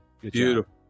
Beautiful